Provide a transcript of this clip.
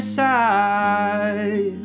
side